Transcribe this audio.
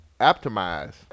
optimize